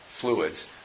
fluids